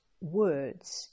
words